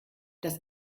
das